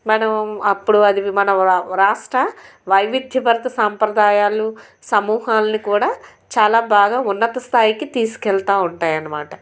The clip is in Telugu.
మనం అప్పుడు అది మన రా రాష్ట్ర వైవిధ్య భరత సాంప్రదాయాలు సమూహాలని కూడా చాలా బాగా ఉన్నత స్థాయికి తీసుకెళ్తూ ఉంటాయి అనమాట